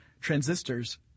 transistors